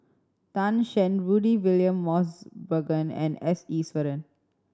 Tan Shen Rudy William Mosbergen and S Iswaran